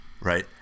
right